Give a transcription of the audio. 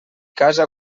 casa